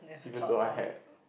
even though I had